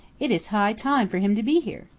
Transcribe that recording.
it is high time for him to be here.